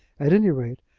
at any rate,